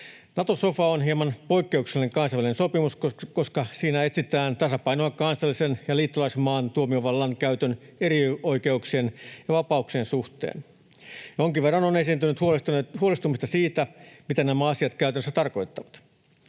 Nato-sofa on hieman poikkeuksellinen kansainvälinen sopimus, koska siinä etsitään tasapainoa kansallisen ja liittolaismaan tuomiovallan käytön sekä erioikeuksien ja vapauksien suhteen. Jonkin verran on esiintynyt huolestumista siitä, mitä nämä asiat käytännössä tarkoittavat.